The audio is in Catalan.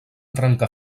trencar